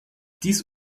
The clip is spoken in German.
dies